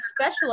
special